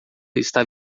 está